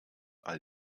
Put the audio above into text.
all